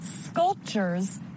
sculptures